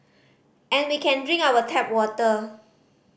and we can drink our tap water